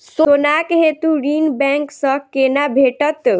सोनाक हेतु ऋण बैंक सँ केना भेटत?